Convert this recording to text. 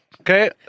Okay